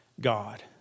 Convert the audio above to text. God